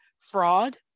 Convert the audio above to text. Fraud